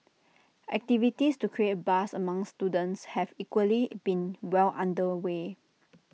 activities to create buzz among students have equally been well under way